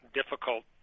difficult